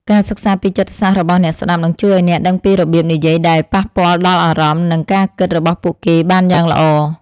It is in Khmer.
ការសិក្សាពីចិត្តសាស្ត្ររបស់អ្នកស្តាប់នឹងជួយឱ្យអ្នកដឹងពីរបៀបនិយាយដែលប៉ះពាល់ដល់អារម្មណ៍ និងការគិតរបស់ពួកគេបានយ៉ាងល្អ។